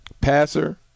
passer